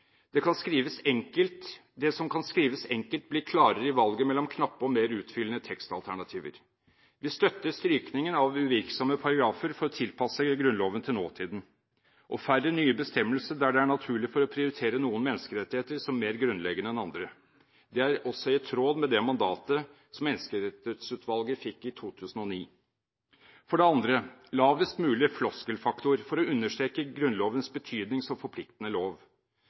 som kan skrives enkelt, blir klarere i valget mellom knappe og mer utfyllende tekstalternativer. Vi støtter strykningen av uvirksomme paragrafer for å tilpasse Grunnloven til nåtiden og færre nye bestemmelser der det er naturlig å prioritere noen menneskerettigheter som mer grunnleggende enn andre. Dette er også i tråd med det mandatet som Menneskerettighetsutvalget fikk i 2009. For det andre: lavest mulig «floskelfaktor» for å understreke Grunnlovens betydning som forpliktende lov.